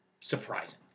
surprising